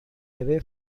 away